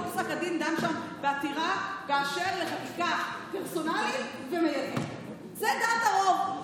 כל פסק הדין דן שם בעתירה באשר לחקיקה פרסונלית --- זה דעת הרוב.